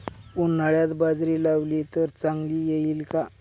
उन्हाळ्यात बाजरी लावली तर चांगली येईल का?